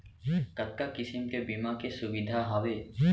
कतका किसिम के बीमा के सुविधा हावे?